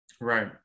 Right